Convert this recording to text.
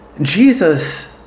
Jesus